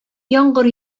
яңгыр